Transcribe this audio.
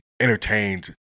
entertained